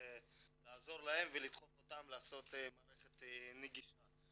לעזור להם ולדחוף אותם לעשות מערכת נגישה.